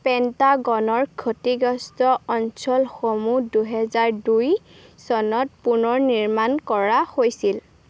পেণ্টাগনৰ ক্ষতিগ্ৰস্ত অঞ্চলসমূহ দুহেজাৰ দুই চনত পুনৰ নিৰ্মাণ কৰা হৈছিল